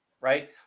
right